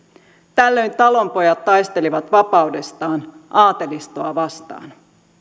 tällöin talonpojat taistelivat vapaudestaan aatelistoa vastaan